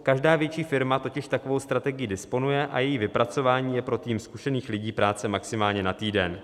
Každá větší firma totiž takovou strategií disponuje a její vypracování je pro tým zkušených lidí práce maximálně na týden.